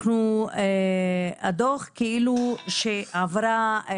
הדוח כאילו שעברה,